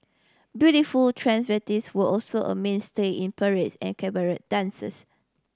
beautiful transvestites were also a mainstay in parades and cabaret dances